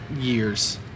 years